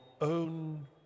own